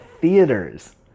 theaters